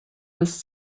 was